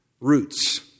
roots